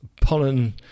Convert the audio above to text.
pollen